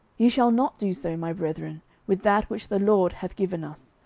ye shall not do so, my brethren, with that which the lord hath given us,